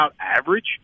average